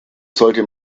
sollte